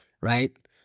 right